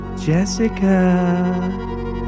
Jessica